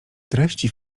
treści